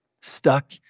stuck